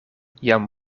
jam